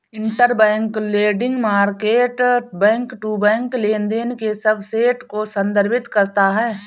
interbank lending market back to back लेनदेन के subset को संदर्भित करता है